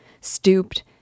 stooped